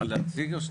אלא אם כן